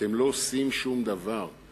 אבל אתם לא עושים שום דבר.